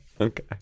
Okay